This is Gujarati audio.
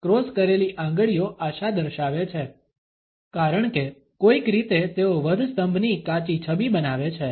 ક્રોસ કરેલી આંગળીઓ આશા દર્શાવે છે કારણ કે કોઈક રીતે તેઓ વધસ્તંભની કાચી છબી બનાવે છે